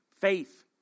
Faith